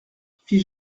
fit